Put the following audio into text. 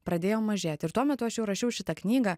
pradėjo mažėti ir tuo metu aš jau rašiau šitą knygą